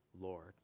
Lord